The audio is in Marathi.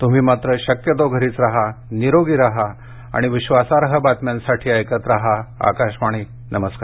तुम्ही मात्र शक्यतो घरीच राहा निरोगी राहा आणि विक्वासार्ह बातम्यांसाठी ऐकत राहा आकाशवाणी नमस्कार